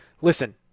Listen